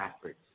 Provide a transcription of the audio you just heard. efforts